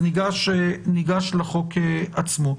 ניגש לחוק עצמו.